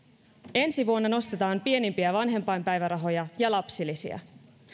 ensi vuonna nostetaan pienimpiä vanhempainpäivärahoja ja lapsilisiä